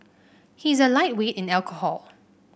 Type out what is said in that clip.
he is a lightweight in alcohol